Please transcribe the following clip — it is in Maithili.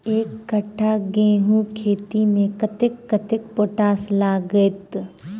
एक कट्ठा गेंहूँ खेती मे कतेक कतेक पोटाश लागतै?